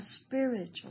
spiritual